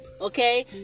okay